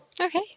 Okay